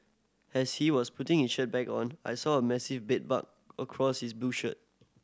as he was putting his shirt back on I saw a massive bed bug across his blue shirt